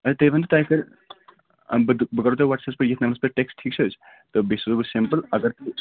اَدٕ تُہۍ ؤنِو تۄہہِ کر بہٕ بہٕ کرو تۄہہِ وٹسَپَس پٮ۪ٹھ ییٚتھۍ نمبرس پٮ۪ٹھ ٹٮ۪کسٹ ٹھیٖک چھِ حظ تہٕ بیٚیہِ سوزو بہٕ سٮ۪مپٕل اگر